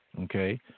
Okay